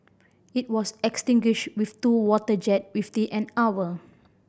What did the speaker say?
it was extinguished with two water jet within an hour